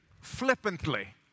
flippantly